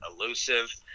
elusive